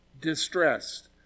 distressed